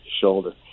shoulder